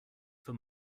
for